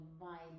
mind